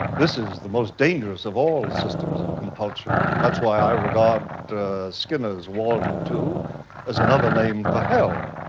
this is the most dangerous of all systems of compulsion. that's why i regard skinner's walden two as another name for hell,